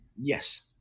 Yes